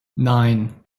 nine